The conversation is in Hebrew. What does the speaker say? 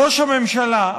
ראש הממשלה,